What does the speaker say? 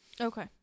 Okay